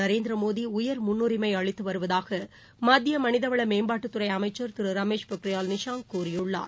நரேந்திர மோடி உயர் முன்னுரிமை அளித்து வருவதாக மத்திய மனிதவள மேம்பாட்டுத் துறை அமைச்சர் திரு ரமேஷ் பொக்ரியால் நிஷாங் கூறியுள்ளார்